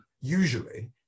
Usually